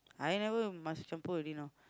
I never must masuk campur already now